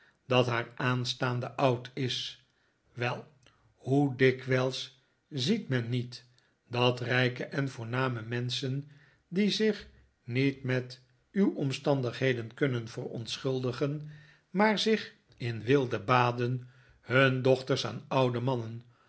dat haar aanstaande oud is wei hoe dikwijls ziet men niet dat rijke en voorname menschen die zich niet met uw omstandigheden kunnen verontschuldigen maar zich in weelde baden hun dochters aan oude mannen